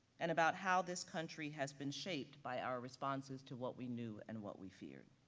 and about how this country has been shaped by our responses to what we knew and what we feared.